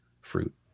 fruit